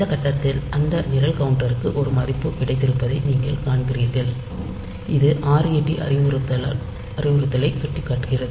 இந்த கட்டத்தில் அந்த நிரல் கவுண்டருக்கு ஒரு மதிப்பு கிடைத்திருப்பதை நீங்கள் காண்கிறீர்கள் இது ret அறிவுறுத்தலைல் சுட்டிக்காட்டுகிறது